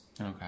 Okay